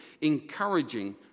encouraging